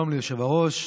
שלום ליושב-ראש,